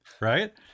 right